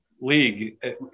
league